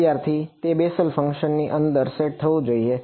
વિદ્યાર્થી તે Bessel function ની અંદર સેટ થવું જોઈએ